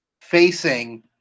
facing